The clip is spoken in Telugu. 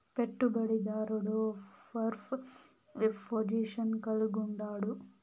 పెట్టుబడి దారుడు షార్ప్ పొజిషన్ కలిగుండాడు